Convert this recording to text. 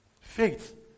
Faith